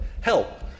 help